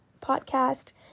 Podcast